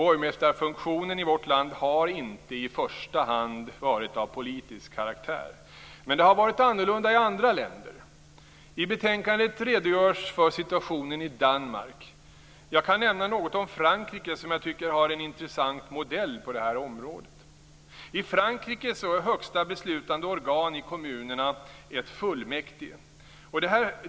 Borgmästarfunktionen i vårt land har inte i första hand varit av politisk karaktär, men det har varit annorlunda i andra länder. I betänkandet redogörs för situationen i Danmark. Jag kan nämna något om Frankrike, som jag tycker har en intressant modell på det här området. I Frankrike är högsta beslutande organ i kommunerna ett fullmäktige.